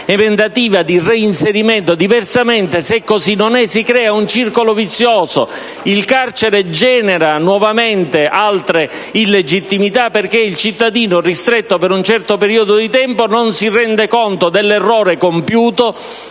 emendativa, cioè di reinserimento. Se così non è, si crea un circolo vizioso: il carcere genera altre illegittimità, perché il cittadino ristretto per un certo periodo di tempo non si rende conto dell'errore compiuto,